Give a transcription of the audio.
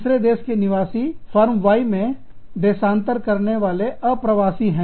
तीसरे देश के निवासी फर्म Y मे देशान्तर करने वाले अप्रवासी हैं